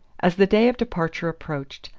as the day of departure approached.